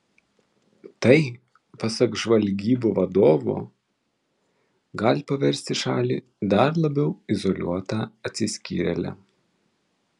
tai pasak žvalgybų vadovo gali paversti šalį dar labiau izoliuota atsiskyrėle